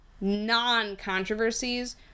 non-controversies